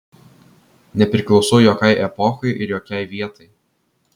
nepriklausau jokiai epochai ir jokiai vietai